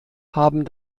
haben